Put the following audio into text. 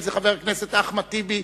אם זה חבר הכנסת אחמד טיבי.